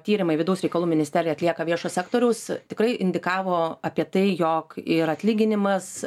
tyrimai vidaus reikalų ministerija atlieka viešo sektoriaus tikrai indikavo apie tai jog ir atlyginimas